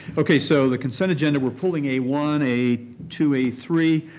okay, so the consent agenda, we're pulling a one, a two, a three.